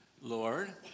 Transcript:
Lord